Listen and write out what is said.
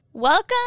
Welcome